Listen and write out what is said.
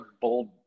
Bold